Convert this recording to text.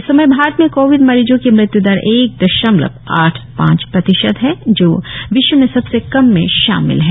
इस समय भारत में कोविड मरीजों की मृत्य् दर एक दशमलव आठ पांच प्रतिशत है जो विश्व में सबसे कम में शामिल है